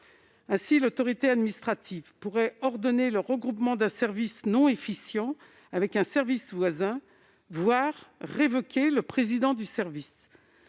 Ainsi, l'autorité administrative pourrait ordonner le regroupement d'un service non efficient avec un service voisin, voire révoquer le président du service.